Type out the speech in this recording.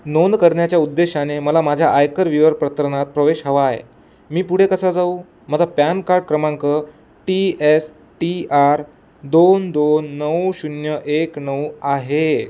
नोंद करण्याच्या उद्देशाने मला माझ्या आयकर विवरणपत्रात प्रवेश हवा आहे मी पुढे कसा जाऊ माझा पॅन कार्ड क्रमांक टी एस टी आर दोन दोन नऊ शून्य एक नऊ आहे